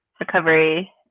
Recovery